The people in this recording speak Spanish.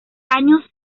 años